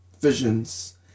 Visions